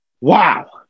wow